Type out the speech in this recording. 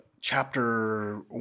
chapter